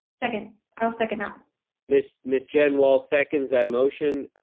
second, i'll second that. miss miss jen wall seconds that motion.